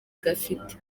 gafite